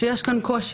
שיש כאן קושי.